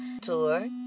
Tour